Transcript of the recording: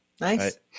Nice